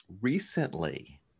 recently